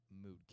mood